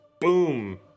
Boom